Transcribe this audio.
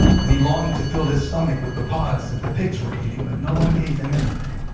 and he longed to fill his stomach with the pods that the pigs were eating, but no one gave him anything.